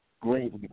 great